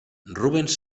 rubens